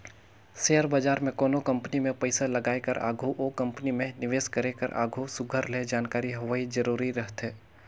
share बजार में कोनो कंपनी में पइसा लगाए कर आघु ओ कंपनी में निवेस करे कर आघु सुग्घर ले जानकारी होवई जरूरी रहथे